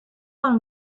one